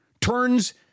turns